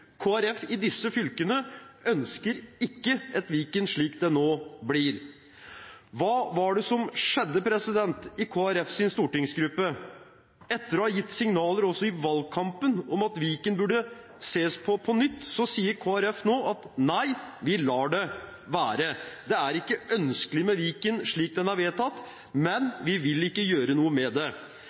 Folkeparti i disse fylkene ønsker ikke et Viken slik det nå blir. Hva var det som skjedde i Kristelig Folkepartis stortingsgruppe? Etter å ha gitt signaler, også i valgkampen, om at Viken burde ses på på nytt, sier Kristelig Folkeparti nå: Nei, vi lar det være, det er ikke ønskelig med Viken slik det er vedtatt, men vi vil ikke gjøre noe med det.